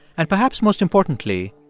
and perhaps most importantly,